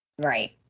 Right